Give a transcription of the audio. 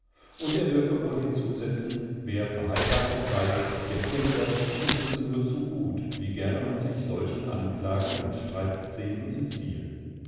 und er dürfe wohl hinzusetzen wer verheirathet sei der kenne das und wisse nur zu gut wie gerne man sich solchen anklagen und streitscenen entziehe